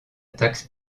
taxe